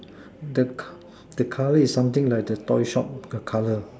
the co the colour is something like the toy shop the colour